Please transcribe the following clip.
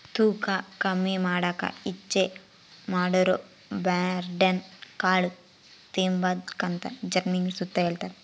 ತೂಕ ಕಮ್ಮಿ ಮಾಡಾಕ ಇಚ್ಚೆ ಪಡೋರುಬರ್ನ್ಯಾಡ್ ಕಾಳು ತಿಂಬಾಕಂತ ಜಿಮ್ನಾಗ್ ಸುತ ಹೆಳ್ತಾರ